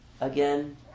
again